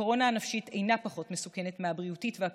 הקורונה הנפשית אינה פחות מסוכנת מהבריאותית והכלכלית,